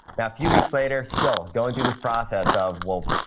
yeah few weeks later, still going through this process of, well,